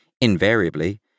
invariably